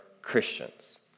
Christians